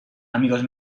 amigos